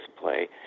play